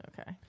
Okay